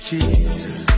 Jesus